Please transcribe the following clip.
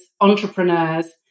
entrepreneurs